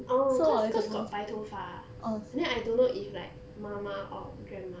orh cause cause got 白头发 then I don't know if like 妈妈 or grandma